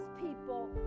people